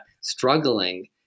struggling